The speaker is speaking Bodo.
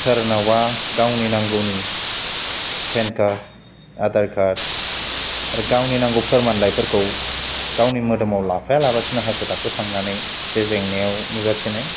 सोरनावबा गावनि नांगौनि पेन कार्द आधार कार्द आरो गावनि नांगौ फोरमानलाइफोरखौ गावनि मोदोमाव लाफाया लाबासिनो हाखु दाखु थांनानै जे जेंनायाव नुजाथिनाय